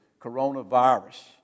coronavirus